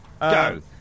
go